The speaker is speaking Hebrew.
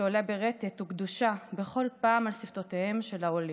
שעולה ברטט וקדושה בכל פעם על שפתותיהם של העולים.